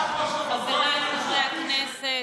חבריי חברי הכנסת.